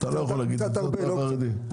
כן.